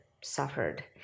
suffered